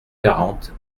quarante